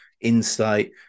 insight